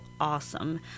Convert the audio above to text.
awesome